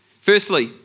Firstly